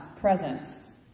presence